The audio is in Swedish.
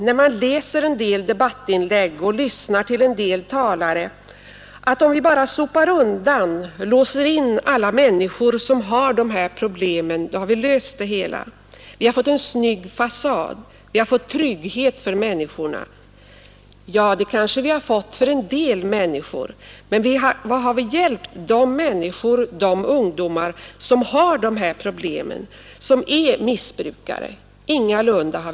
När man läser en del debattinlägg och lyssnar på en del talare får man ibland en känsla av att om vi bara sopar undan och låser in alla människor som har dessa problem, så är alla svårigheter lösta. Då har vi fått en snygg fasad, vi har skapat trygghet för människorna. Ja, det kanske vi har gjort för en del, men har vi hjälpt de människor, de ungdomar, som har dessa problem och som är missbrukare? Ingalunda!